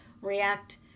react